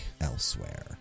elsewhere